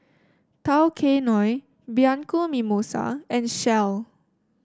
Tao Kae Noi Bianco Mimosa and Shell